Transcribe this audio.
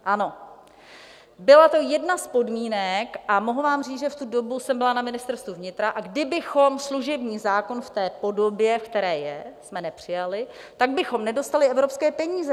Ano, byla to jedna z podmínek a mohu vám říct, že v tu dobu jsem byla na Ministerstvu vnitra, a kdybychom služební zákon v té podobě, ve které je, nepřijali, tak bychom nedostali evropské peníze.